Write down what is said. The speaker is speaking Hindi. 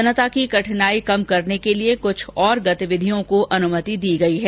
जनता की कठिनाई कम करने के लिए कुछ और गतिविधियों की अनुमति दी गई है